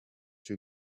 few